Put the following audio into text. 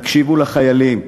תקשיבו לחיילים.